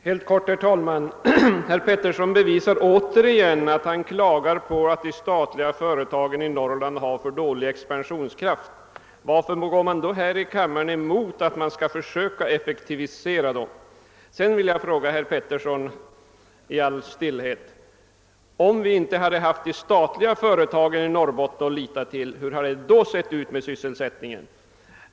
Herr talman! Herr Petersson klagar återigen på att de statliga företagen i Norrland har för dålig expansionskraft. Varför går han då här i kammaren emot försök att effektivisera dem? Sedan vill jag i all stillhet ställa en fråga till herr Petersson: Om vi inte hade haft de statliga företagen i Norrbotten att lita till, hur hade det då varit med sysselsättningen?